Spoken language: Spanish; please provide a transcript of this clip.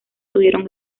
tuvieron